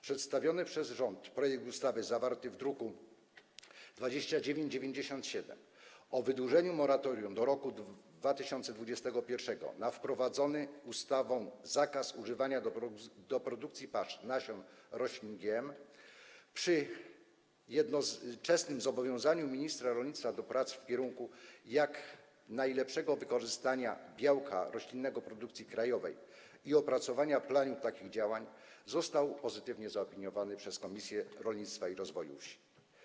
Przedstawiony przez rząd projekt ustawy zawarty w druku nr 2997 o wydłużeniu moratorium do roku 2021 na wprowadzony ustawą zakaz używania do produkcji pasz nasion roślin GMO, przy jednoczesnym zobowiązaniu ministra rolnictwa do prac w kierunku jak najlepszego wykorzystania białka roślinnego produkcji krajowej i opracowania planu takich działań, został pozytywnie zaopiniowany przez Komisję Rolnictwa i Rozwoju Wsi.